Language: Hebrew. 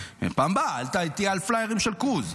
פעם הבאה אל תהיה על פליירים של קרוז.